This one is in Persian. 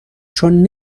چون